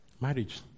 Marriage